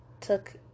took